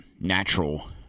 natural